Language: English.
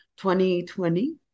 2020